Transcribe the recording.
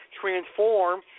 transform